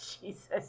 Jesus